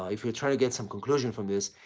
if you're trying to get some conclusion from this,